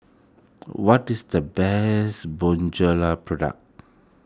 what is the best Bonjela product